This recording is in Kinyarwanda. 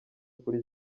kuri